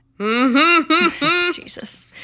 Jesus